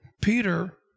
Peter